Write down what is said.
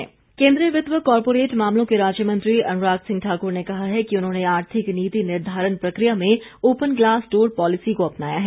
वित्त राज्य मंत्री केंद्रीय वित्त व कॉर्पोरेट मामलों के राज्य मंत्री अनुराग सिंह ठाक्र ने कहा है कि उन्होंने आर्थिक नीति निर्धारण प्रक्रिया में ओपन ग्लास डोर पॉलिसी को अपनाया है